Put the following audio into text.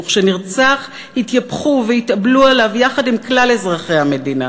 וכשנרצח התייפחו והתאבלו עליו יחד עם כלל אזרחי המדינה,